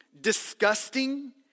disgusting